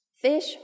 fish